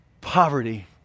poverty